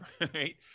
right